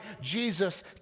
Jesus